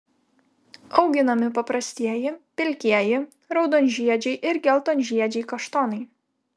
auginami paprastieji pilkieji raudonžiedžiai ir geltonžiedžiai kaštonai